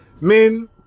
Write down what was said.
Men